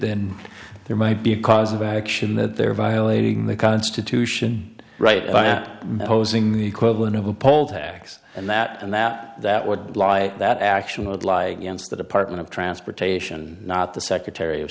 then there might be a cause of action that they're violating the constitution right but those in the equivalent of a poll tax and that and that that would lie that action would lie against the department of transportation not the secretary of